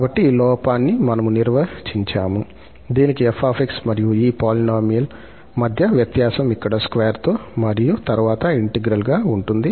కాబట్టి ఈ లోపాన్ని మనము నిర్వచించాము దీనికి 𝑓𝑥 మరియు ఈ పోలీనోమిల్ మధ్య వ్యత్యాసం ఇక్కడ ఈ స్క్వేర్ తో మరియు తరువాత ఇంటెగ్రల్ గా ఉంటుంది